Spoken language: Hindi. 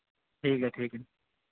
ठीक है ठीक है